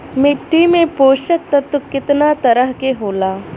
मिट्टी में पोषक तत्व कितना तरह के होला?